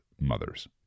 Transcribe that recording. mothers